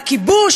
הכיבוש,